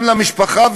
גם למשפחה,